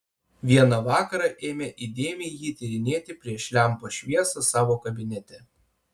vieną vakarą ėmė įdėmiai jį tyrinėti prieš lempos šviesą savo kabinete